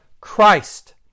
Christ